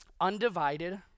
Undivided